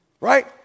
right